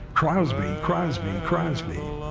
crosby, crosby, crosby.